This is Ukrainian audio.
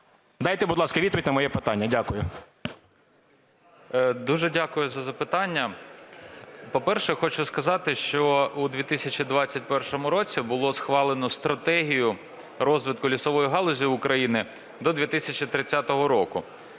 Дайте, будь ласка, відповідь на моє питання. Дякую. 11:34:09 СТРІЛЕЦЬ Р.О. Дуже дякую за запитання. По-перше, хочу сказати, що в 2021 році було схвалено Стратегію розвитку лісової галузі України до 2030 року.